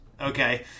okay